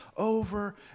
over